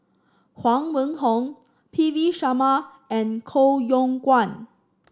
Huang Wenhong P V Sharma and Koh Yong Guan